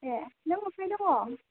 ए नों बबेहाय दङ